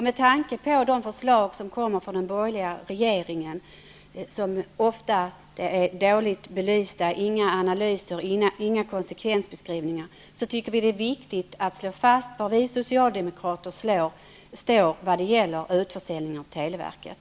Med tanke på de förslag som kommer från den borgerliga regeringen -- de är ofta dåligt belysta och innehåller varken några analyser eller konsekvensbeskrivningar -- är det viktigt att slå fast var vi socialdemokrater står när det gäller en utförsäljning av televerket.